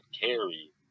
carry